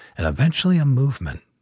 and eventually a movement,